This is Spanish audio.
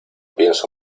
pienso